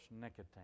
nicotine